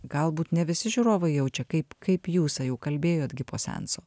galbūt ne visi žiūrovai jaučia kaip kaip jūs jau kalbėjot gi po seanso